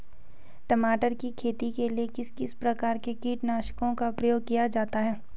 टमाटर की खेती के लिए किस किस प्रकार के कीटनाशकों का प्रयोग किया जाता है?